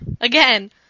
again